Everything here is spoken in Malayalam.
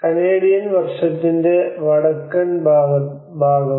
കനേഡിയൻ വഷത്തിന്റെ വടക്കൻ ഭാഗവും